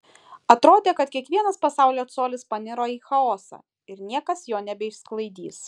atrodė kad kiekvienas pasaulio colis paniro į chaosą ir niekas jo nebeišsklaidys